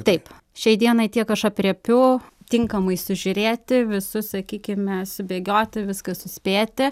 taip šiai dienai tiek aš aprėpiu tinkamai sužiūrėti visus sakykime subėgioti viską suspėti